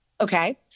Okay